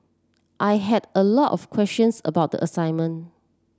I had a lot of questions about the assignment